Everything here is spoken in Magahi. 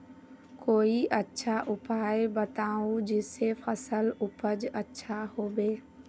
कोई अच्छा उपाय बताऊं जिससे फसल उपज अच्छा होबे